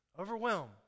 overwhelmed